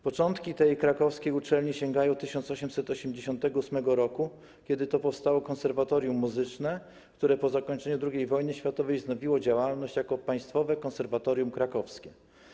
Początki tej krakowskiej uczelni sięgają 1888 r., kiedy to powstało Konserwatorium Muzyczne, które po zakończeniu II wojny światowej wznowiło działalność jako Państwowe Konserwatorium Krakowskie.